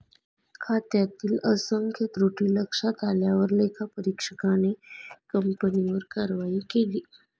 खात्यातील असंख्य त्रुटी लक्षात आल्यावर लेखापरीक्षकाने कंपनीवर कारवाई केली